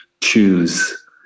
choose